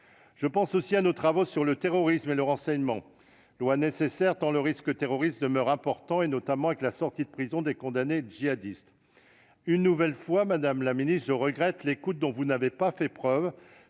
Je pense aussi à nos travaux sur le terrorisme et le renseignement, lois si nécessaires quand le risque terroriste demeure important, notamment avec la sortie de prison des condamnés djihadistes. Une nouvelle fois, madame la ministre, je regrette votre manque d'écoute